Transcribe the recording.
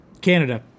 Canada